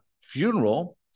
funeral